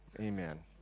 Amen